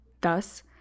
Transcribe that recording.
Thus